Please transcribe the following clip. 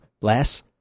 less